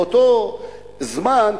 באותו זמן,